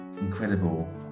incredible